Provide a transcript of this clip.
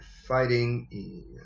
fighting